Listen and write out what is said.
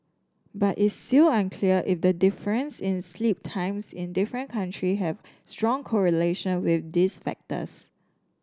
but it's still unclear if the difference in sleep times in different country have strong correlation with these factors